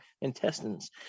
intestines